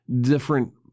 different